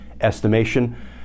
estimation